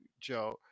Joe